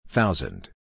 Thousand